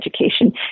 education